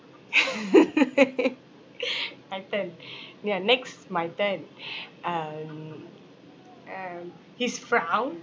my turn ya next my turn um um his frown